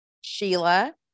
Sheila